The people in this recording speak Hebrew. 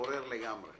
מתעורר לגמרי.